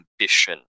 ambition